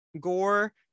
gore